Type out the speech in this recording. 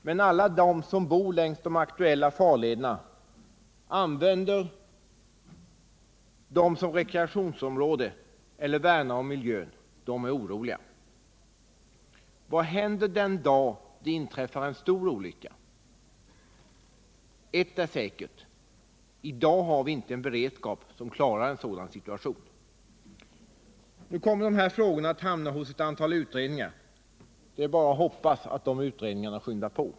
Men alla de som bor längs de aktuella farlederna, de som använder dem som rekreationsområden eller värnar om miljön är oroliga. Vad händer den dag det inträffar en stor olycka? Ett är säkert. I dag har vi inte en beredskap som klarar en sådan situation. Nu kommer de här frågorna att hamna hos ett antal utredningar. Det är bara att hoppas att de skyndar på.